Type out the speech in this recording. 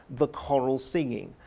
the choral singing,